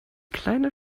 kleine